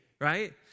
right